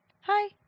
hi